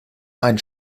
ein